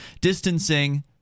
distancing